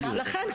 לכן,